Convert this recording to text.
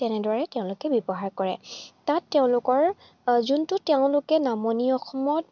তেনেদৰে তেওঁলোকে ব্যৱহাৰ কৰে তাত তেওঁলোকৰ যোনটো তেওঁলোকে নামনি অসমত